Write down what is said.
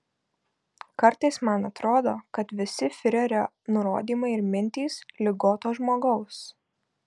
kartais man atrodo kad visi fiurerio nurodymai ir mintys ligoto žmogaus